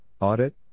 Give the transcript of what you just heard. Audit